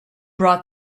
brought